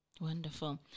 Wonderful